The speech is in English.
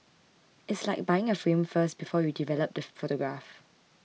it's like buying a frame first before you develop the photograph